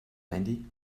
mandy